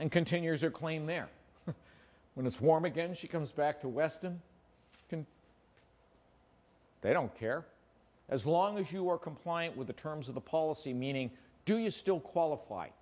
and continue years or claim there when it's warm again she comes back to weston can they don't care as long as you are compliant with the terms of the policy meaning do you still qualify